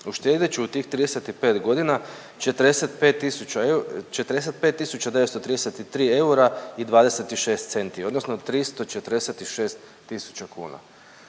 Uštedjet ću u tih 35 godina 44.933,26 eura, odnosno 346 tisuća kuna.